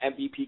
MVP